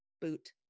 Boot